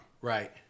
Right